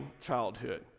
childhood